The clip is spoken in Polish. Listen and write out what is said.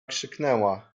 krzyknęła